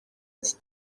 iki